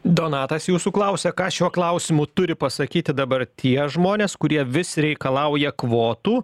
donatas jūsų klausia ką šiuo klausimu turi pasakyti dabar tie žmonės kurie vis reikalauja kvotų